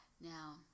now